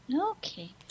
Okay